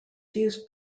used